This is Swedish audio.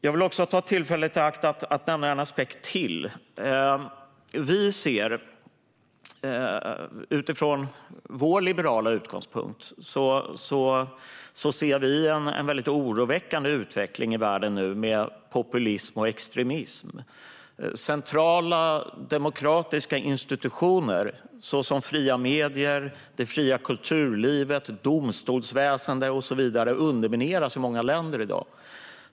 Jag vill ta tillfället i akt att nämna ytterligare en aspekt. Vi ser utifrån vår liberala utgångspunkt en oroväckande utveckling i världen med populism och extremism. Centrala demokratiska institutioner såsom fria medier, det fria kulturlivet och domstolsväsendet undermineras i många länder i dag.